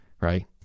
right